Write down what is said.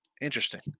interesting